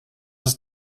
ist